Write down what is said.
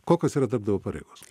kokios yra darbdavio pareigos